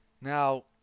Now